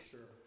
Sure